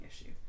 issue